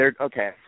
Okay